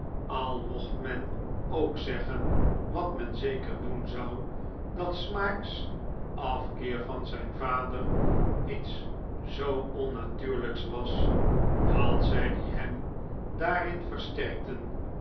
al mocht men ook zeggen wat men zeker doen zou dat smike s afkeer van zijn vader iets zoo onnatuurlijks was dat zij die hem daarin versterkten